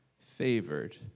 favored